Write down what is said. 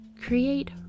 create